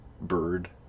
bird